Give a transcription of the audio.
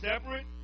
separate